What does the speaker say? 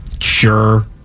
Sure